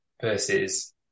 versus